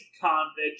convict